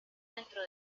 dentro